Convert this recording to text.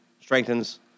strengthens